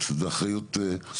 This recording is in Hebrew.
זה אחריות שלכם?